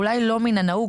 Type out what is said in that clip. אולי זה לא מן הנהוג,